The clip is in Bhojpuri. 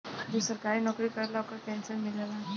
जे सरकारी नौकरी करेला ओकरा पेंशन मिलेला